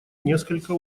несколько